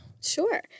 Sure